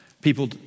People